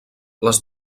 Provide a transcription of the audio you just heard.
les